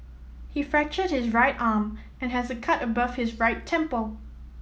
he fractured his right arm and has a cut above his right temple